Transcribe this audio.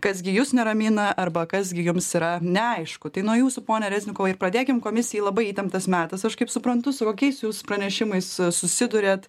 kas gi jus neramina arba kas gi jums yra neaišku tai nuo jūsų pone reznikovai ir pradėkim komisijai labai įtemptas metas aš kaip suprantu su kokiais jūs pranešimais a susiduriat